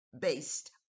based